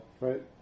right